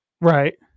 Right